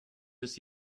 des